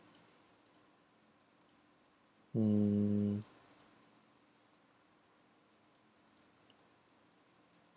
hmm